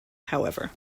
however